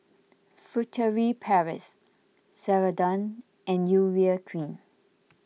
Furtere Paris Ceradan and Urea Cream